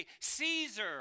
Caesar